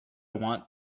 want